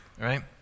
Right